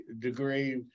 degree